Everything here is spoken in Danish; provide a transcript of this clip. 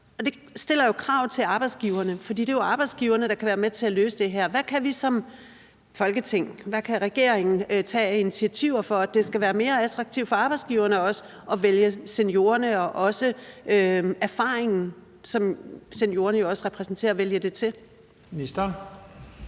det stiller krav til arbejdsgiverne, for det er jo arbejdsgiverne, der kan være med til at løse det her. Hvad kan vi som Folketing, og hvad kan regeringen tage af initiativer, for at det skal være mere attraktivt for arbejdsgiverne at vælge seniorerne og også erfaringen, som seniorerne jo også repræsenterer, til? Kl. 15:55 Første